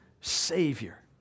Savior